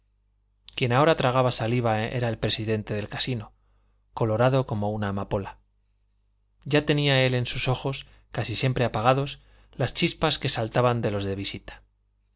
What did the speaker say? quien ahora tragaba saliva era el presidente del casino colorado como una amapola ya tenía él en sus ojos casi siempre apagados las chispas que saltaban de los de visita